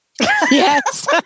Yes